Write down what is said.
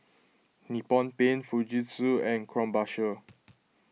Nippon Paint Fujitsu and Krombacher